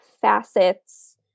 facets